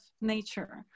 nature